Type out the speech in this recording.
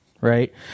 right